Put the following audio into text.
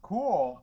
Cool